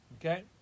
Okay